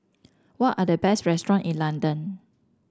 what are the best restaurant in London